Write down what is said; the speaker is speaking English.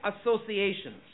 associations